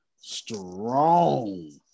strong